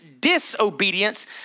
disobedience